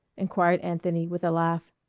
inquired anthony with a laugh.